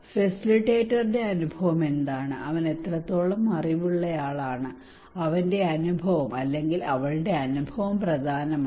ഫെസിലിറ്റേറ്ററുടെ അനുഭവം എന്താണ് അവൻ എത്രത്തോളം അറിവുള്ളയാളാണ് അവന്റെ അനുഭവം അല്ലെങ്കിൽ അവളുടെ അനുഭവം പ്രധാനമാണ്